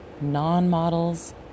non-models